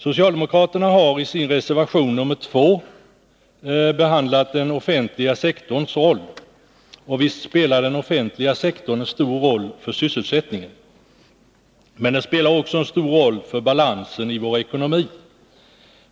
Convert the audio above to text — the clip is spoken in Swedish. Socialdemokraterna har i sin reservation nr 2 behandlat den offentliga sektorns roll. Visst spelar den offentliga sektorn en stor roll för sysselsättningen, men den spelar också en stor roll för balansen i vår ekonomi.